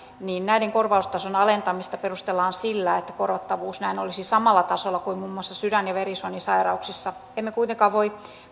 korvaustason alentamista perustellaan sillä että korvattavuus näin olisi samalla tasolla kuin muun muassa sydän ja verisuonisairauksissa emme kuitenkaan voi